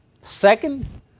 Second